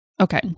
Okay